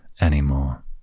anymore